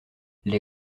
les